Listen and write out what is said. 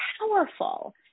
powerful